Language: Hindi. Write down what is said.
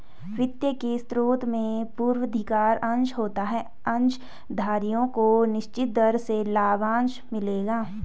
वित्त के स्रोत में पूर्वाधिकार अंश होता है अंशधारियों को निश्चित दर से लाभांश मिलेगा